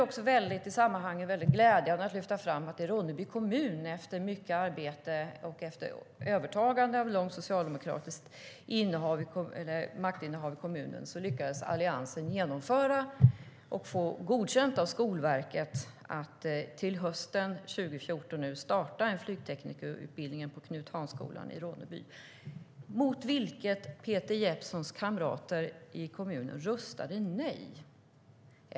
I det sammanhanget är det glädjande att kunna lyfta fram Ronneby kommun. Efter mycket arbete och övertagande av ett långt socialdemokratiskt maktinnehav i kommunen lyckades Alliansen genomföra och få godkänt av Skolverket att till hösten 2014 starta en flygteknikerutbildning på Gymnasieskolan Knut Hahn i Ronneby - mot vilket Peter Jeppssons kamrater i kommunen röstade nej.